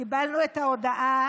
קיבלנו את ההודעה